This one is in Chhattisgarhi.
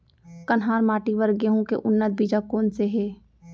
कन्हार माटी बर गेहूँ के उन्नत बीजा कोन से हे?